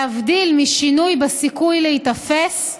להבדיל משינוי בסיכוי להיתפס,